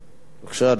בבקשה, אדוני.